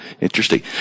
interesting